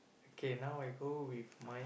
okay now I go with mine